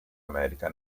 america